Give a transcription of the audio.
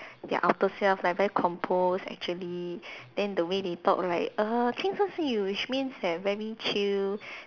their outer self like very composed actually then the way they talk right err 轻声细语 which means they're very chill